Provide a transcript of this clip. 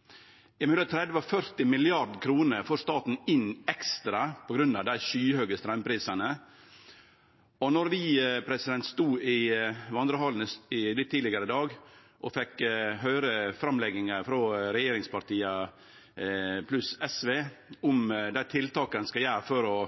straumprisar. Mellom 30 og 40 mrd. kr får staten inn ekstra på grunn av dei skyhøge straumprisane. Vi stod i Vandrehallen litt tidlegare i dag og fekk høyre framlegginga frå regjeringspartia pluss SV om dei tiltaka ein skal gjere